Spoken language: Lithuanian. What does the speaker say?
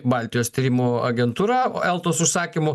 baltijos tyrimų agentūra eltos užsakymu